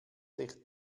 sich